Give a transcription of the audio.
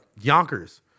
Yonkers